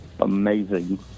Amazing